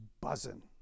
buzzing